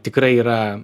tikrai yra